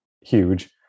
huge